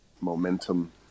momentum